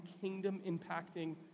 kingdom-impacting